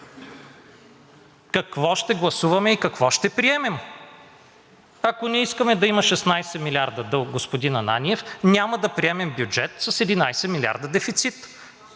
какво ще гласуваме и какво ще приемем. Ако не искаме да има 16 милиарда дълг, господин Ананиев, няма да приемем бюджет с 11 милиарда дефицит,